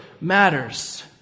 matters